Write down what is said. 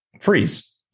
freeze